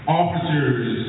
officers